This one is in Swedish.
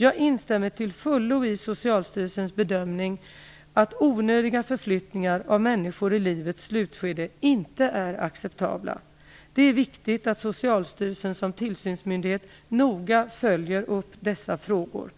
Jag instämmer till fullo i Socialstyrelsens bedömning att onödiga förflyttningar av människor i livets slutskede inte är acceptabla. Det är viktigt att Socialstyrelsen som tillsynsmyndighet noga följer upp dessa frågor.